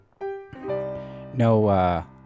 No